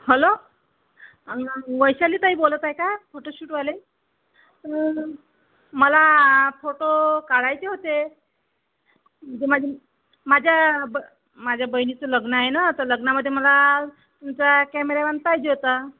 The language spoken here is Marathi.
हलो वैशालीताई बोलताय का फोटोशूटवाले मला फोटो काढायचे होते म्हणजे माझी माझ्या ब माझ्या बहिणीचं लग्न आहे ना तर लग्नामध्ये मला तुमचा कॅमेरामन पाहिजे होता